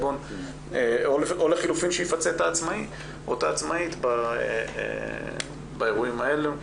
או לחילופין שיפצה את העצמאי או את העצמאית באירועים האלו.